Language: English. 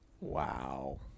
Wow